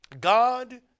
God